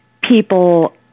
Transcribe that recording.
people